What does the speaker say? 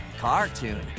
cartoon